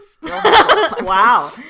Wow